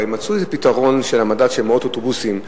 הרי מצאו איזה פתרון של העמדת מאות אוטובוסים כפתרון,